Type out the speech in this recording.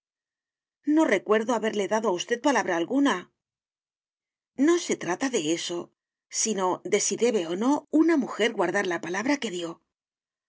no recuerdo haberle dado a usted palabra alguna no se trata de eso sino de si debe o no una mujer guardar la palabra que dio